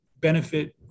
benefit